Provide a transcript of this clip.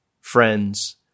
friends